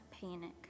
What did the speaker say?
panic